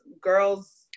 girls